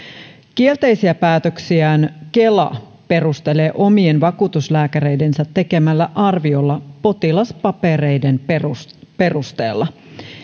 kielteisiä päätöksiään kela perustelee omien vakuutuslääkäreidensä tekemällä arviolla potilaspapereiden perusteella perusteella